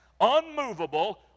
unmovable